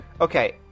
Okay